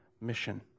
mission